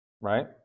Right